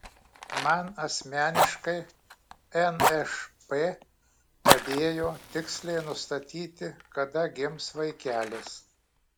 man asmeniškai nšp padėjo tiksliai nustatyti kada gims vaikelis